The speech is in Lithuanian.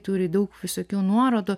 turi daug visokių nuorodų